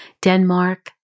Denmark